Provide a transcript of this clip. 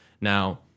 Now